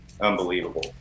unbelievable